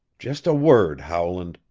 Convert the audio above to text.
just a word, howland,